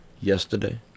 yesterday